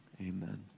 Amen